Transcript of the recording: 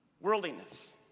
worldliness